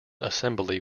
assembly